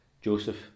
Joseph